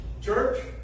Church